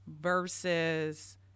versus